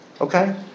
Okay